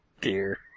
dear